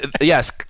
Yes